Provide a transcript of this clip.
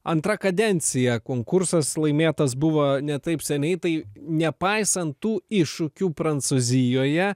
antra kadencija konkursas laimėtas buvo ne taip seniai tai nepaisant tų iššūkių prancūzijoje